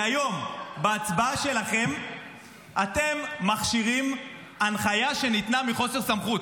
היום בהצבעה שלכם אתם מכשירים הנחיה שניתנה בחוסר סמכות.